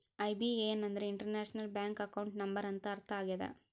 IBAN ಅಂದ್ರೆ international bank account number ಅಂತ ಅರ್ಥ ಆಗ್ಯದ